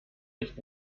nicht